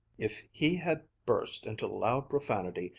if he had burst into loud profanity,